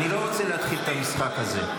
אני לא רוצה להתחיל את המשחק הזה.